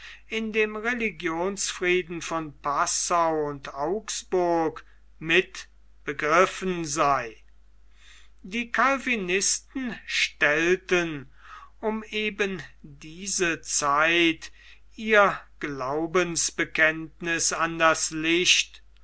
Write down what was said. in dem religionsfrieden von passau und augsburg mitbegriffen sei die calvinisten stellten um eben diese zeit ihr glaubensbekenntniß an das licht